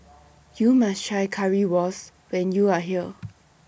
YOU must Try Currywurst when YOU Are here